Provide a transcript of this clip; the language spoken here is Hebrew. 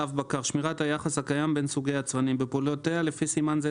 שמירת היחס הקיים בין סוגי יצרנים 45. בפעולותיה לפי סימן זה,